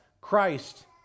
Christ